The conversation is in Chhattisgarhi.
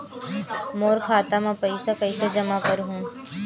मोर खाता म पईसा कइसे जमा करहु?